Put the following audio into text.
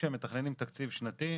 כשהם מתכננים תקציב שנתי,